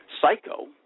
Psycho